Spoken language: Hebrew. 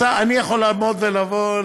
אני יכול לעמוד ולבוא,